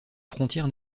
frontière